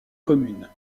communes